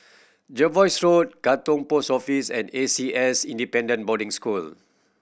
Jervois Road Katong Post Office and A C S Independent Boarding School